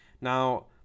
now